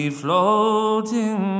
floating